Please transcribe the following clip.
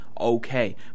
okay